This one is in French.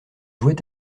jouait